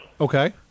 Okay